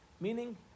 Meaning